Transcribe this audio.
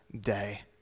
day